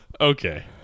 Okay